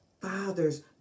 father's